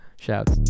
Shouts